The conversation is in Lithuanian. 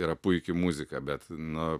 yra puiki muzika bet nu